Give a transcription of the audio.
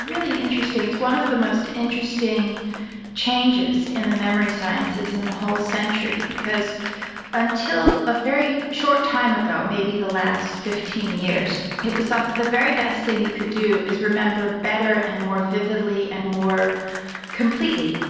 really interesting, it's one of the most interesting changes in the memory sciences in the whole century because until a very short time ago, maybe the last fifteen years, it was thought that the very best thing you could do is remember better and more vividly and more completely.